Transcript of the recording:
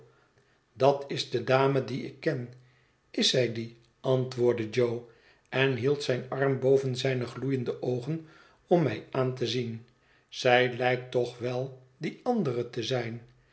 dat is de dame die ik ken is zij die antwoordde jo en hield zijn arm boven zijne gloeiende oogen om mij aan te zien zij lijkt toch wel die andere te zijn